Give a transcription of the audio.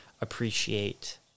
appreciate